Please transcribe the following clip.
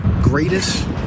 Greatest